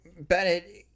Bennett